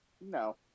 No